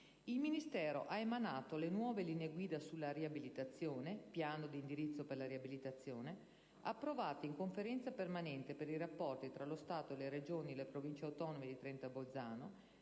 il Ministero ha emanato le nuove linee guida sulla riabilitazione («Piano di indirizzo per la riabilitazione»), approvate in Conferenza permanente per i rapporti tra lo Stato, le Regioni e le Province autonome di Trento e Bolzano